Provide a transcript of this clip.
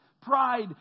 Pride